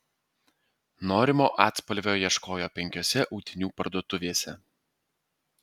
norimo atspalvio ieškojo penkiose audinių parduotuvėse